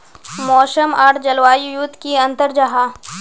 मौसम आर जलवायु युत की अंतर जाहा?